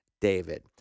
David